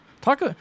Talk